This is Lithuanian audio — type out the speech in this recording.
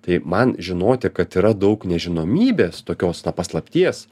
tai man žinoti kad yra daug nežinomybės tokios na paslapties